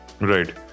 right